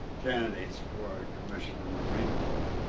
candidates for a commission in the marine corps.